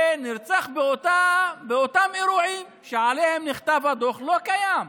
ונרצח באותם אירועים שעליהם נכתב הדוח, לא קיים,